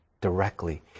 directly